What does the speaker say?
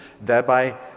thereby